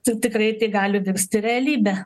t tikrai tai gali virsti realybe